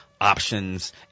options